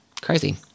crazy